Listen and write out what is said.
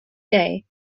day